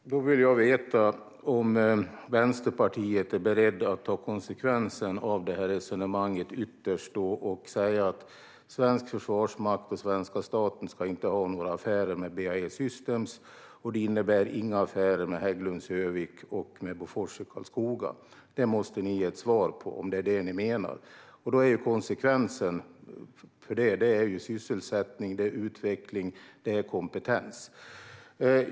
Fru talman! Då vill jag veta om Vänsterpartiet är berett att ytterst ta konsekvensen av detta resonemang och säga att svensk försvarsmakt och svenska staten inte ska ha några affärer med BAE Systems, vilket innebär inga affärer med Hägglunds i Örnsköldsvik och med Bofors i Karlskoga. Ni måste ge ett svar på om det är det ni menar. Konsekvensen blir i så fall minskad sysselsättning, utveckling och kompetens.